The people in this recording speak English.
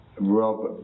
Rob